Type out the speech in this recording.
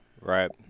Right